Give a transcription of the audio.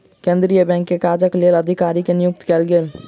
केंद्रीय बैंक के काजक लेल अधिकारी के नियुक्ति कयल गेल